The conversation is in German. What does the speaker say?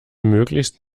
möglichst